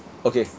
okay